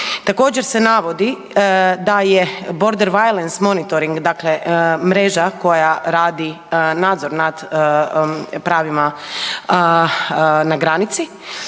Također se navodi da je Border Violence Monitoring dakle, mreža koja radi nadzor nad pravima na granici